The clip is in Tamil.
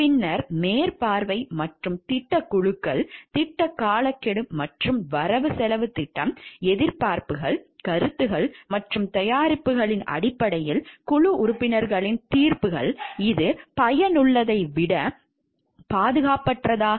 பின்னர் மேற்பார்வை மற்றும் திட்டக் குழுக்கள் திட்டக் காலக்கெடு மற்றும் வரவு செலவுத் திட்டம் எதிர்பார்ப்புகள் கருத்துக்கள் மற்றும் தயாரிப்புகளின் அடிப்படையில் குழு உறுப்பினர்களின் தீர்ப்புகள் இது பயனுள்ளதை விட பாதுகாப்பற்றதா